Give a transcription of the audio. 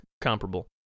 comparable